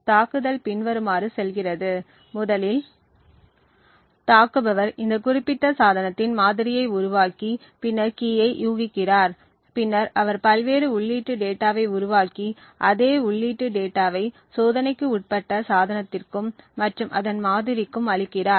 இப்போது தாக்குதல் பின்வருமாறு செல்கிறது முதலில் தாக்குபவர் இந்த குறிப்பிட்ட சாதனத்தின் மாதிரியை உருவாக்கி பின்னர் கீயை யூகிக்கிறார் பின்னர் அவர் பல்வேறு உள்ளீட்டு டேட்டாவை உருவாக்கி அதே உள்ளீட்டு டேட்டாவை சோதனைக்கு உட்பட்ட சாதனத்திற்கும் மற்றும் அதன் மாதிரிக்கும் அளிக்கிறார்